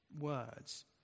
words